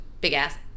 big-ass